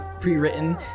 pre-written